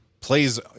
plays